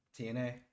TNA